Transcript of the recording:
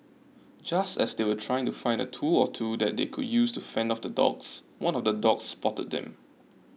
just as they were trying to find a tool or two that they could use to fend off the dogs one of the dogs spotted them